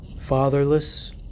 Fatherless